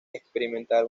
experimentar